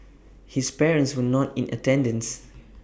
his parents were not in attendance